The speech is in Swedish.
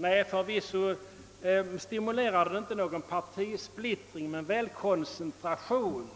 Nej, förvisso stimulerar det inte någon partisplittring, men väl en partikoncentration